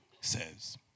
says